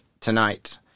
tonight